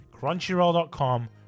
crunchyroll.com